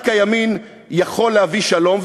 רק הימין יכול להביא שלום,